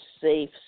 safe